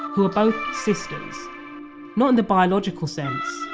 who are both sisters not in the biological sense,